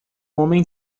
homem